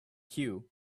cue